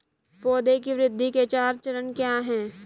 पौधे की वृद्धि के चार चरण क्या हैं?